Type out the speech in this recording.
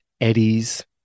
eddies